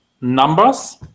numbers